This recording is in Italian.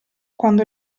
quando